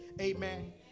amen